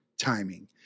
timing